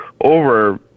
over